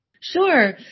Sure